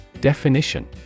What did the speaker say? Definition